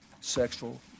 sexual